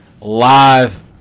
live